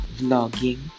vlogging